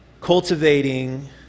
cultivating